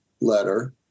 letter